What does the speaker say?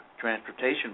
transportation